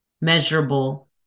measurable